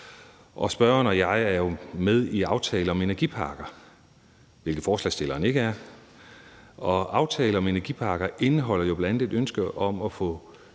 Spørgeren og jeg er jo med i aftalen om energiparker, hvilket forslagsstillerne ikke er. Aftalen om energiparker indeholder jo bl.a. et ønske om at få